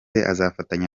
azafatanya